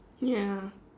ya